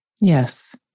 Yes